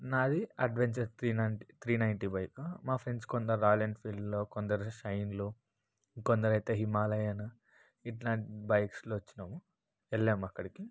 నాది adventure three ninety three ninety bike మా friends కొందరు రాయల్ ఎన్ఫీల్డ్లో కొందరు షైన్లు కొందరైతే హిమాలయన్ ఇట్లాంటి బైక్స్లో వచ్చినాం వెళ్ళాము అక్కడికి